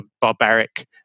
barbaric